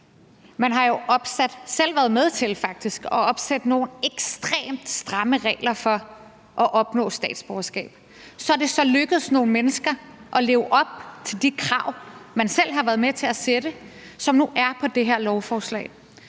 Man har jo selv været med til faktisk, at opsætte nogle ekstremt stramme regler for at opnå statsborgerskab. Så er det så lykkedes nogle mennesker at leve op til de krav, Konservative selv har været med til at sætte, og de er nu på det her lovforslag.